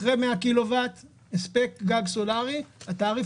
אחרי 100 קילו-ואט הספק גג סולרי התעריף